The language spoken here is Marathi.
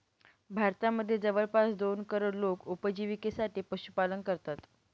भारतामध्ये जवळपास दोन करोड लोक उपजिविकेसाठी पशुपालन करतात